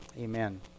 amen